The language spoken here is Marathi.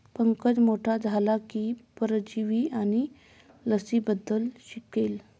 पंकज मोठा झाला की परजीवी आणि लसींबद्दल शिकेल